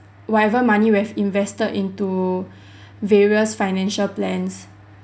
whatever money we've invested into various financial plans